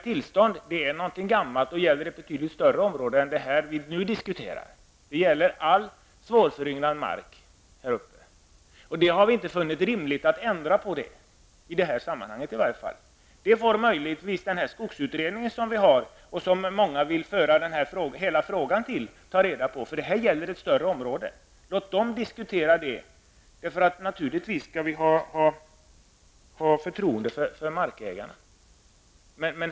Tillståndsplikten har funnits sedan länge och gäller för betydligt större områden än de som vi nu diskuterar. Tillståndsplikten omfattar all svårföryngrad mark där uppe. Vi har inte funnit det rimligt att ändra på tillståndsreglerna, åtminstone inte i detta sammanhang. Det får skogsutredningen, till vilken många vill föra hela denna fråga, ta ställning till, eftersom det gäller ett större område. Vi skall naturligtvis ha förtroende för markägarna.